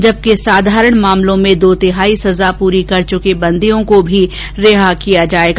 जबकि साधारण मामलों में दो तिहाई सजा पूरी कर चुके कैदियों को भी रिहा किया जाएगा